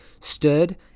stood